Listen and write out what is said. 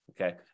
Okay